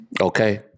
Okay